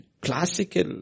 classical